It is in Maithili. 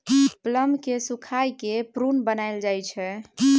प्लम केँ सुखाए कए प्रुन बनाएल जाइ छै